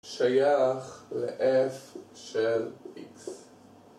שייך ל-f של x